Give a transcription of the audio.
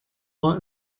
war